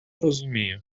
розумію